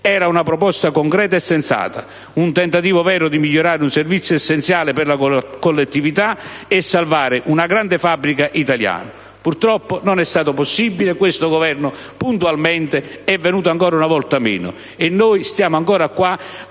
Era una proposta concreta e sensata, un tentativo vero di migliorare un servizio essenziale per la collettività e salvare una grande fabbrica italiana. Purtroppo non è stato possibile, questo Governo, puntualmente, è venuto ancora una volta meno ai suoi compiti